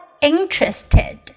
interested